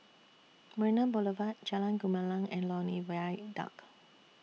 Marina Boulevard Jalan Gumilang and Lornie Viaduct